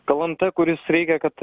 kalanta kuris reikia kad